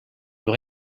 veut